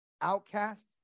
outcasts